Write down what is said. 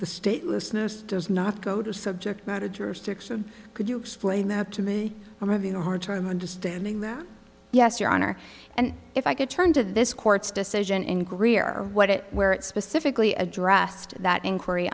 the statelessness does not go to subject matter jurisdiction could you explain that to me i'm having a hard time understanding that yes your honor and if i could turn to this court's decision in greer what it where it specifically addressed that inquiry